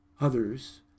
others